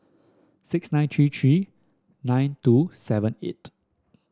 six nine three three nine two seven eight